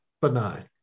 benign